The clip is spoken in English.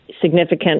significant